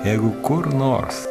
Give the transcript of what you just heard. jeigu kur nors